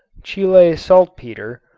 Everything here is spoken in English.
chile saltpeter,